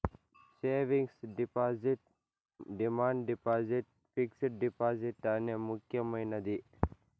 savings deposit demand deposit fixed deposit అనే ముక్యమైనది